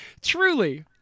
truly